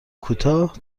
کوتاه